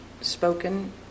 spoken